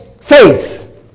faith